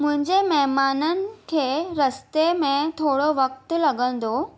मुंहिंजे महिमाननि खे रस्ते में थोरो वक़्तु लॻंदो